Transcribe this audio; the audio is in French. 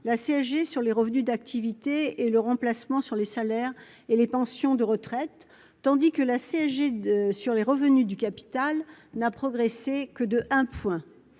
la CSG sur les revenus d'activité et de remplacement sur les salaires et les pensions de retraite, tandis que la CSG sur les revenus du capital n'a progressé que de 1 point.